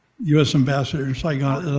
us ambassador to saigon,